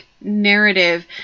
narrative